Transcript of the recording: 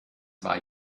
war